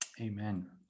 Amen